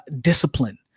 discipline